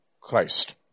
Christ